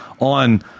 on